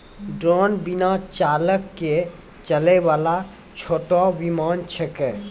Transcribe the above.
drone बिना चालक के चलै वाला छोटो विमान छेकै